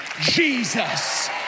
Jesus